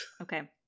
Okay